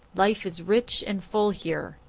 life is rich and full here.